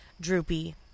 Droopy